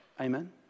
Amen